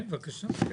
כן, בבקשה.